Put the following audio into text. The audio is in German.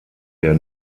der